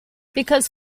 because